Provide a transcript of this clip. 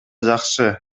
жакшы